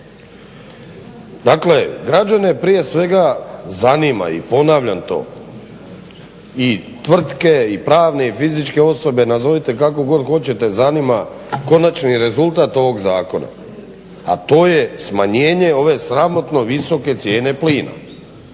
Dakle, građene prije svega zanima i ponavljam to i tvrtke i pravne i fizičke osobe nazovite kako god hoćete, zanima konačni rezultat ovoga zakona, a to je smanjenje ove sramotno visoke cijene plina,